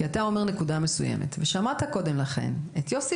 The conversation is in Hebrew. כי אתה אומר "נקודה מסוימת" ואתה שמעת קודם לכן את יוסי